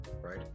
right